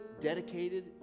dedicated